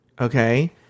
Okay